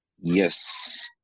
Yes